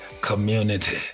community